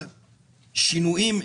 שבגלל שינויים,